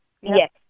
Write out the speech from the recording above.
Yes